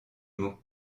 mot